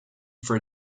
for